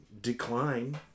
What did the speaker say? decline